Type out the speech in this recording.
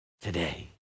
today